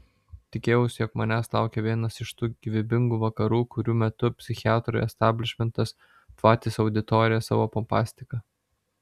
tikėjausi jog manęs laukia vienas iš tų gyvybingų vakarų kurių metu psichiatrų isteblišmentas tvatys auditoriją savo pompastika